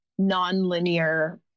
nonlinear